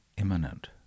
imminent